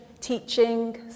teaching